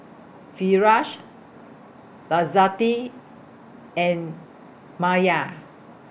Firash Izzati and Maya